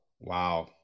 Wow